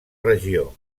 regió